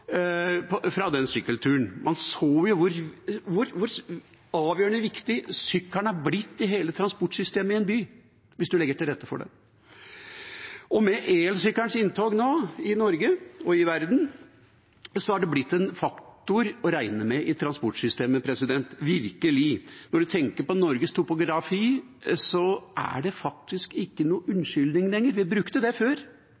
fra den sykkelturen. Man så hvor avgjørende viktig sykkelen har blitt i hele transportsystemet i en by hvis man legger til rette for det. Og med elsykkelens inntog i Norge nå, og i verden, har den blitt en faktor å regne med i transportsystemet – virkelig! Når man tenker på Norges topografi, er det faktisk ingen unnskyldning lenger for ikke